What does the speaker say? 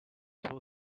two